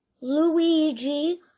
Luigi